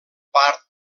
part